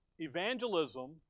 Evangelism